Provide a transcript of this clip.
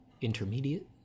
intermediate